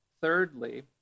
Thirdly